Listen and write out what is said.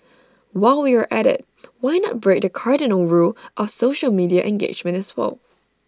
while we are at IT why not break the cardinal rule of social media engagement as well